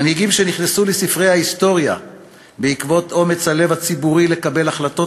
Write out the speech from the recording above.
מנהיגים שנכנסו לספרי ההיסטוריה בעקבות אומץ הלב הציבורי לקבל החלטות